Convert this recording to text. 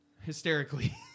hysterically